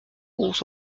ont